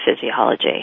physiology